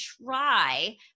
try